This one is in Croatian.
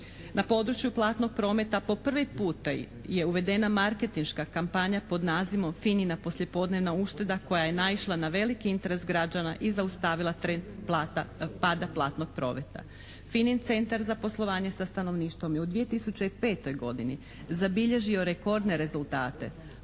Na području platnog prometa po prvi puta je uvedena marketinška kampanja pod nazivom "FINA-ina poslijepodnevna ušteda" koja je naišla na veliki interes građana i zaustavila trenda pada platnog prometa. FINA-in centar za poslovanje sa stanovništvom je u 2005. godini zabilježio rekordne rezultate.